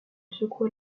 secoua